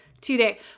today